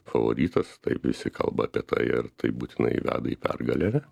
favoritas taip visi kalba apie tai ar tai būtinai veda į pergalę